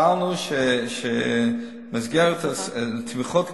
אמרנו שבמסגרת תמיכות לקופות-חולים,